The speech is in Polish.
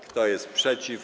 Kto jest przeciw?